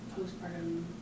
postpartum